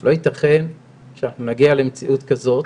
לא ייתכן שנגיע למציאות כזאת